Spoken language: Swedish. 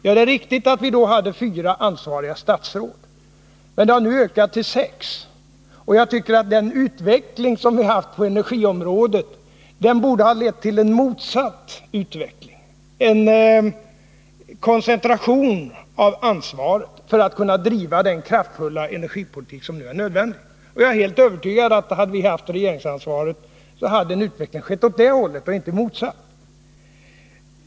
Ja, det är riktigt att vi då hade fyra ansvariga statsråd på energiområdet, men antalet har nu ökat till sex. Jag tycker att den utveckling vi haft på detta område borde hallett till en motsatt utveckling — en koncentration av ansvaret för att kunna driva den kraftfulla energipolitik som nu är nödvändig. Jag är helt övertygad om att hade vi haft regeringsansvaret, så hade en utveckling skett åt det hållet och inte i motsatt riktning.